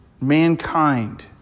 mankind